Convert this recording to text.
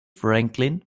franklin